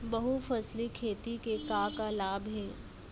बहुफसली खेती के का का लाभ हे?